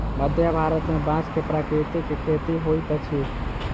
मध्य भारत में बांस के प्राकृतिक खेती होइत अछि